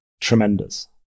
tremendous